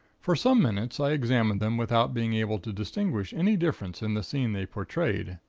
for some minutes i examined them without being able to distinguish any difference in the scene they portrayed,